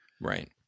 Right